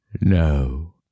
No